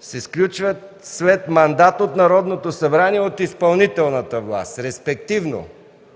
се сключват след мандат от Народното събрание, от изпълнителната власт, респективно,